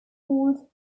called